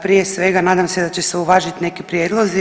Prije svega nadam se da će se uvažiti neki prijedlozi.